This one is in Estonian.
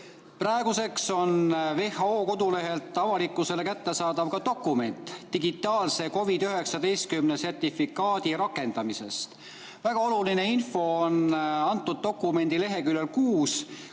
Praeguseks on WHO kodulehel avalikkusele kättesaadav ka dokument digitaalse COVID-19 sertifikaadi rakendamisest. Väga oluline info on selle dokumendi leheküljel 6, kus